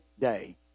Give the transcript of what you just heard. day